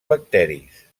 bacteris